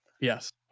Yes